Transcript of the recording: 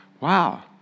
wow